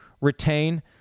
retain